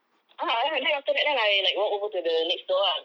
ah ya then after that then I like walk over to the next door ah